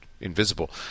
Invisible